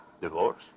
Divorce